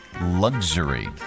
Luxury